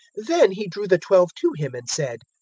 then he drew the twelve to him and said,